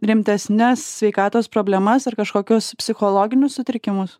rimtesnes sveikatos problemas ar kažkokius psichologinius sutrikimus